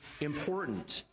important